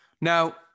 Now